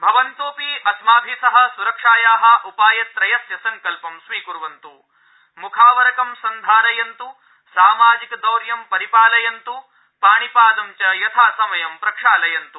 भवन्तोऽपि अस्माभि सह सुरक्षाया उपायत्रयस्य सड़ल्पंक स्वीकुर्वन्तु मुखावरंक सन्धारयन्त् सामाजिकदौर्यं परिपालयन्तु पाणिपादं च यथासमयं प्रक्षालयन्त्